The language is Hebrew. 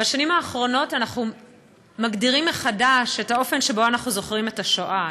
בשנים האחרונות אנחנו מגדירים מחדש את האופן שבו אנחנו זוכרים את השואה.